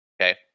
Okay